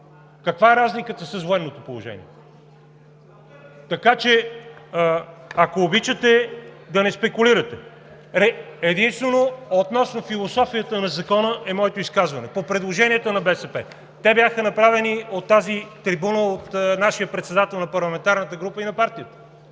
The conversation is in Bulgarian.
каква е разликата с военното положение? Ако обичате, да не спекулирате! Единствено относно философията на Закона е моето изказване. По предложенията на БСП. Те бяха направени от тази трибуна от нашия председател на парламентарната група и на партията